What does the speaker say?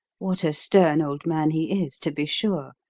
what a stern old man he is, to be sure,